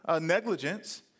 negligence